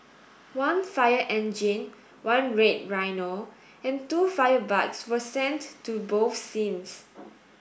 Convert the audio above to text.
one fire engine one red rhino and two fire bikes were sent to both scenes